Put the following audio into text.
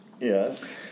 Yes